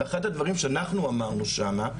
אחד הדברים שאנחנו אמרנו שם,